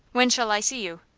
when shall i see you?